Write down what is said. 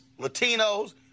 Latinos